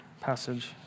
passage